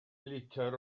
litr